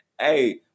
Hey